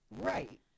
Right